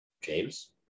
James